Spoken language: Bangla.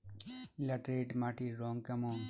ল্যাটেরাইট মাটির রং কেমন?